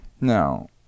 Now